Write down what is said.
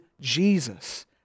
Jesus